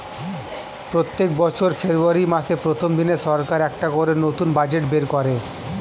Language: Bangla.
প্রত্যেক বছর ফেব্রুয়ারি মাসের প্রথম দিনে সরকার একটা করে নতুন বাজেট বের করে